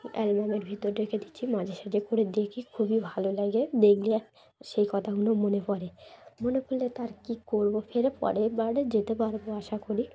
অ্যালবামের ভিতর রেখে দিচ্ছি মাঝে সাঝে করে দেখি খুবই ভালো লাগে দেখলে সেই কথাগুলো মনে পড়ে মনে পড়লে তার কী করবো ফেরে পরেরবারে যেতে পারবো আশা করি